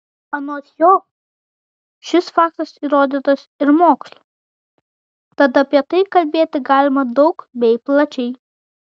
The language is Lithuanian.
anot jo šis faktas įrodytas ir mokslo tad apie tai kalbėti galima daug bei plačiai